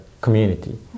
community